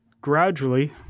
gradually